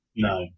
No